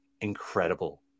incredible